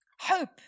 Hope